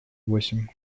восемь